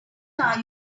are